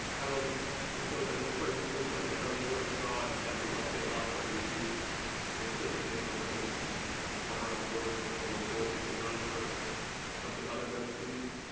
i wasn't employed by the detroit schools but i can tell you i saw and had to help bail out some of the issues when cliquishness and other things form around boards, or when boards become run for something other than the students.